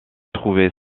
trouvé